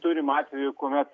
turim atvejų kuomet